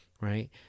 right